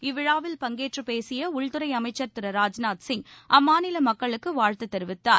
இவ்விழாவில் பங்கேற்றுப் பேசிய உள்துறை அமைச்சர் திரு ராஜ்நாத் சிங் அம்மாநில மக்களுக்கு வாழ்த்து தெரிவித்தார்